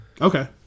Okay